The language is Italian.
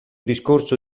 discorso